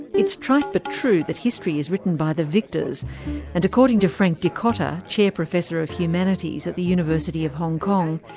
it's trite but true that history is written by the victors and, according to frank dikotter, chair professor of humanities at the university of hong kong,